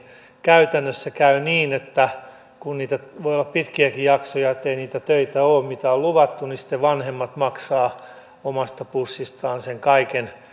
käytännössä käy niin että kun voi olla pitkiäkin jaksoja ettei niitä töitä ole mitä on luvattu niin sitten vanhemmat maksavat omasta pussistaan sen kaiken